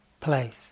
place